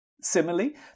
Similarly